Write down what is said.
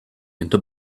into